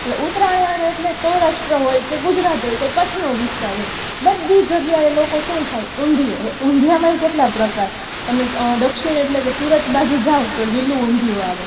હવે ઉત્તરાયણ એટલે સૌરાષ્ટ્ર હોય કે ગુજરાત હોય કે કચ્છનો વિસ્તાર હોય બધી જગ્યાએ લોકો શું ખાઈ ઊંધિયું હવે ઊંધિયામાંય કેટલા પ્રકાર તમે દક્ષિણ એટલે સુરત બાજુ જાવ તો લીલું ઊંધિયું આવે